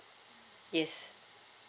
yes